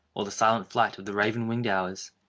or the silent flight of the raven-winged hours.